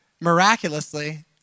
miraculously